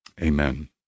Amen